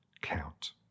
count